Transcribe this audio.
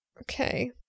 Okay